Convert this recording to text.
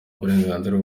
uburenganzira